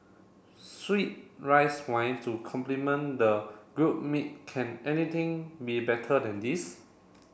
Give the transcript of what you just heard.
sweet rice wine to complement the grilled meat can anything be better than this